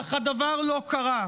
אך הדבר לא קרה.